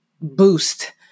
boost